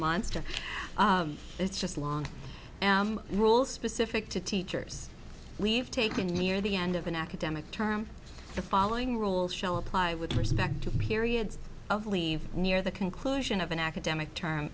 monster is just long rules specific to teachers we've taken near the end of an academic term the following rules show apply with respect to periods of leave near the conclusion of an academic term